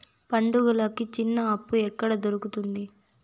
పండుగలకి చిన్న అప్పు ఎక్కడ దొరుకుతుంది